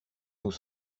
nos